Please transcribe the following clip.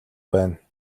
байна